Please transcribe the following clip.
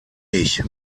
ich